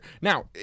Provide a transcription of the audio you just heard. Now